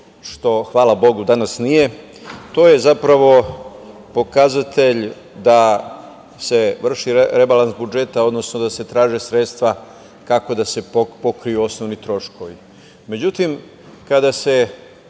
što, hvala Bogu, danas nije. To je zapravo pokazatelj da se vrši rebalans budžeta, odnosno da se traže sredstva kako da se pokriju osnovni troškovi.Međutim,